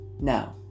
Now